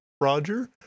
Roger